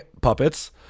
puppets